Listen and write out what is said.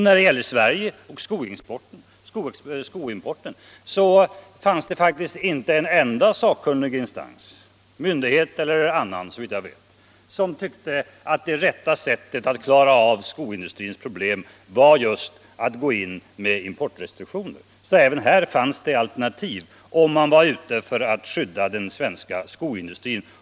När det gäller Sverige och skoimporten var det, såvitt jag minns, inte en enda sakkunnig instans, myndighet celler någon annan, som tyckte att det rätta sättet att klara av skoindustrins problem var att gå in med just importrestriktioner. Även här fanns det alternativ, om man var ute för att skydda den svenska skoindustrin.